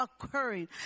occurring